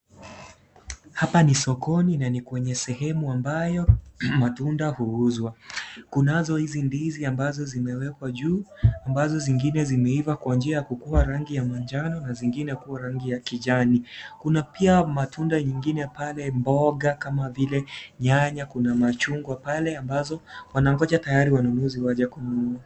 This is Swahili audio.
Hapa ni sokoni na ni kwenye sehemu ambayo matunda huuzwa, kunazo hizi ndizi ambazo zimewekwa juu ambazo zingine zimeiva kwa njia ya kukuwa rangi ya manjano na zingine kuwa rangi ya kijani kuna pia matunda mengine pale mboga, kama vile nyanya, kuna machungwa pale ambazo wanangoja tayari wanunuzi waje kununua.